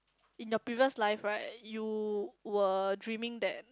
in your previous life right you were dreaming that